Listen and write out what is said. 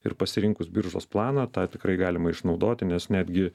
ir pasirinkus biržos planą tą tikrai galima išnaudoti nes netgi